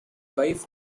wife